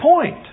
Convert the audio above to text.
point